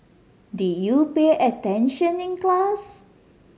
did you pay attention in class